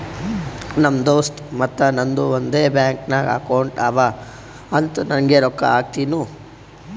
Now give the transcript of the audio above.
ನಮ್ ದೋಸ್ತ್ ಮತ್ತ ನಂದು ಒಂದೇ ಬ್ಯಾಂಕ್ ನಾಗ್ ಅಕೌಂಟ್ ಅವಾ ಅಂತ್ ನಂಗೆ ರೊಕ್ಕಾ ಹಾಕ್ತಿನೂ